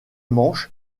manche